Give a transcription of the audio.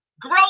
grow